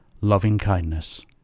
Loving-kindness